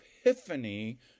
Epiphany